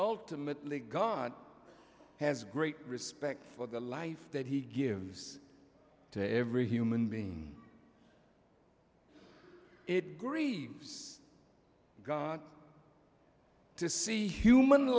ultimately god has great respect for the life that he gives to every human being it grieves god to see human